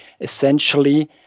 essentially